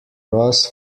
ross